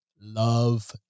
love